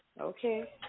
Okay